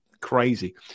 crazy